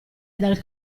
dal